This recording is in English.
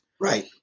Right